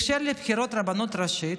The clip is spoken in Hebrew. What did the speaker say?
בקשר לבחירות לרבנות הראשית,